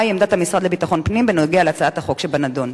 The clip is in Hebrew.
מהי עמדת המשרד לביטחון פנים בנוגע להצעת החוק שבנדון?